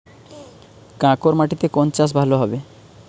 কাঁকর মাটিতে কোন চাষ ভালো হবে?